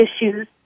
issues